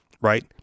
right